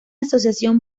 asociación